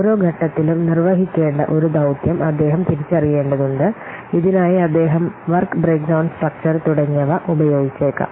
ഓരോ ഘട്ടത്തിലും നിർവഹിക്കേണ്ട ഒരു ദൌത്യം അദ്ദേഹം തിരിച്ചറിയേണ്ടതുണ്ട് ഇതിനായി അദ്ദേഹം വർക്ക് ബ്രേക്ക്ഡൌൺ സ്ട്രക്ചർ തുടങ്ങിയവ ഉപയോഗിച്ചേക്കാം